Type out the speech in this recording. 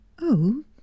Oh